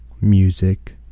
music